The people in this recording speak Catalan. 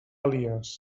elies